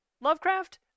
Lovecraft